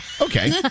Okay